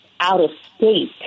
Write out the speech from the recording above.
out-of-state